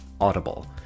Audible